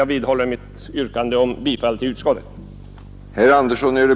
Jag vidhåller mitt yrkande om bifall till utskottets hemställan.